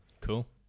Cool